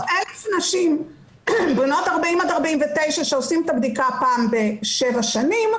1,000 נשים בנות 40-49 שעושות את הבדיקה פעם בשבע שנים,